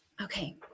Okay